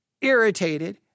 irritated